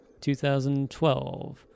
2012